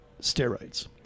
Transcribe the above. steroids